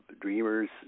dreamers